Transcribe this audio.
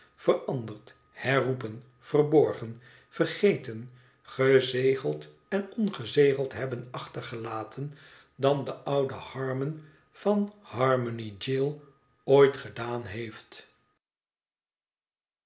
veranderd herroepen verborgen vergeten gezegeld en ongezegeld hebben achtergelaten dan de oude harmon van harmon yjail ooit gedaan heeft